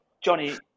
Johnny